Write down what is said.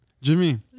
jimmy